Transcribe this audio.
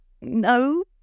No